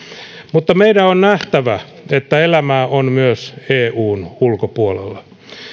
mutta meidän on nähtävä että elämää on myös eun ulkopuolella